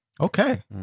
Okay